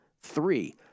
three